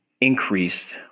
increase